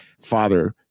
Father